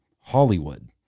Hollywood